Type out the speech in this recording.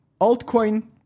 altcoin